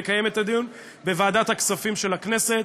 לקיים את הדיון בוועדת הכספים של הכנסת,